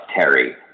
Terry